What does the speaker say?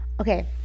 Okay